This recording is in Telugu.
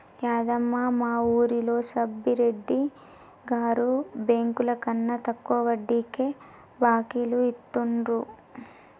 యాదమ్మ, మా వూరిలో సబ్బిరెడ్డి గారు బెంకులకన్నా తక్కువ వడ్డీకే బాకీలు ఇత్తండు